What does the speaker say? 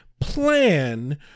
plan